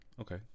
okay